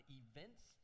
events